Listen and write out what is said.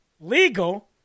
legal